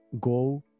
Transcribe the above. go